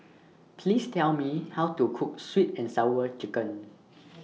Please Tell Me How to Cook Sweet and Sour Chicken